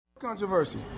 Controversy